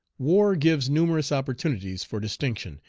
war gives numerous opportunities for distinction,